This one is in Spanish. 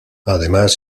además